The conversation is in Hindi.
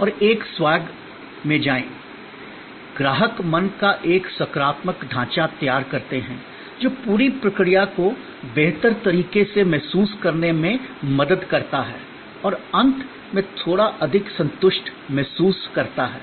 और एक स्वैग में जाएं ग्राहक मन का एक सकारात्मक ढांचा तैयार करते हैं जो पूरी प्रक्रिया को बेहतर तरीके से महसूस करने में मदद करता है और अंत में थोड़ा अधिक संतुष्ट महसूस करता है